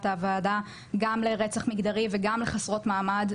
הוועדה גם לרצח מגדרי וגם לחסרות מעמד,